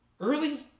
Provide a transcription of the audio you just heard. Early